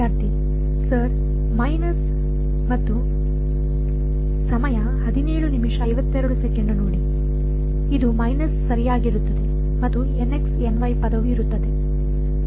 ವಿದ್ಯಾರ್ಥಿ sir minus ಮತ್ತು ಇದು ಮೈನಸ್ ಸರಿಯಾಗಿರುತ್ತದೆ ಮತ್ತು ಪದವು ಇರುತ್ತದೆ